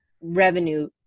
revenue